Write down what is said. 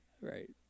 Right